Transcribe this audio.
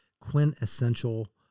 quintessential